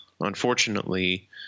unfortunately